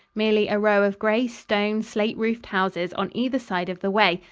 merely a row of gray stone, slate-roofed houses on either side of the way,